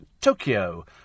Tokyo